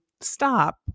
stop